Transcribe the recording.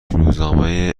روزنامه